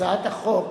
הצעת החוק